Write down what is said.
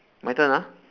my turn ah